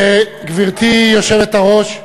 גברתי היושבת-ראש,